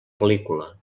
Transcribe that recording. pel·lícula